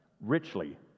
richly